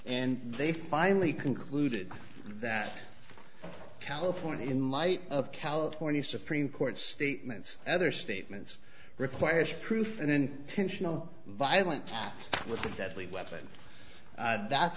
and they finally concluded that california in light of california's supreme court statements other statements requires proof and in tension no violent with a deadly weapon and that's